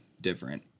different